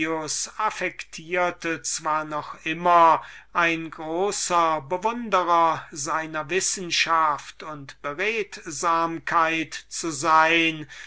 affektierte zwar noch immer ein großer bewunderer seiner wissenschaft und beredsamkeit zu sein